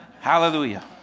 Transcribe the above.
Hallelujah